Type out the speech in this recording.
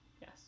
yes